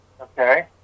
Okay